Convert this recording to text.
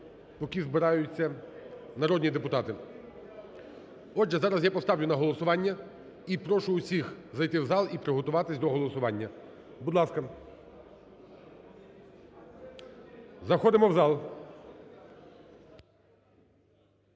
поки збираються народні депутати. Отже, зараз я поставлю на голосування. І прошу всіх зайти в зал і приготуватись до голосування. Будь ласка, заходимо в зал.